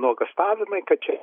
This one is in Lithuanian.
nuogąstavimai kad čia